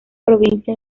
provincia